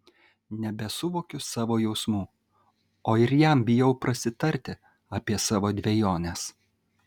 nebesuvokiu savo jausmų o ir jam bijau prasitarti apie savo dvejones